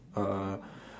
uh